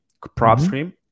PropStream